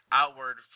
outward